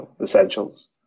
essentials